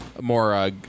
more, –